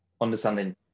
understanding